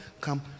come